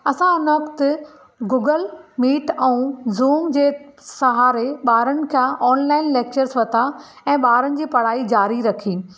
असां हुन वक़्ति गूगल मीट ऐं ज़ूम जे सहारे ॿारनि खां ऑनलाइन लैक्चर्स वरिता ऐं ॿारनि जी पढ़ाई जारी रखी